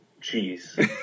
cheese